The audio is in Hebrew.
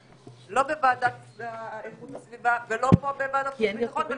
לא בוועדה לאיכות הסביבה ולא פה בוועדת החוץ והביטחון.